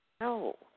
No